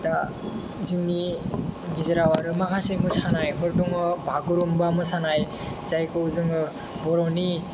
दा जोंनि गेजेराव आरो माखासे मोसानायफोर दङ बागुरुम्बा मोसानाय जायखौ जोङो बर'नि